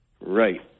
Right